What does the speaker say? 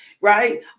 right